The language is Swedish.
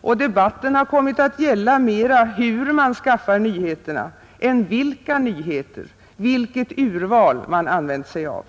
och debatten har kommit att gälla mera hur man skaffar nyheterna än vilka nyheter, vilket urval man använt sig av.